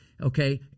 Okay